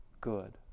good